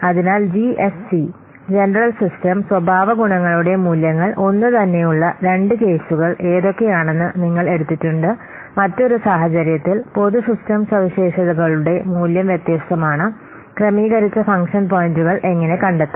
അതിനാൽ GSC general system സ്വഭാവഗുണങ്ങളുടെ മൂല്യങ്ങൾ ഒന്നുതന്നെയുള്ള രണ്ട് കേസുകൾ ഏതൊക്കെയാണെന്ന് നിങ്ങൾ എടുത്തിട്ടുണ്ട് മറ്റൊരു സാഹചര്യത്തിൽ പൊതു സിസ്റ്റം സവിശേഷതകളുടെ മൂല്യം വ്യത്യസ്തമാണ് ക്രമീകരിച്ച ഫംഗ്ഷൻ പോയിന്റുകൾ എങ്ങനെ കണ്ടെത്താം